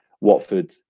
Watford